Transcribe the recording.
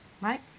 Right